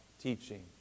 teaching